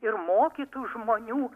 ir mokytų žmonių